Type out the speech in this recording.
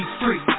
free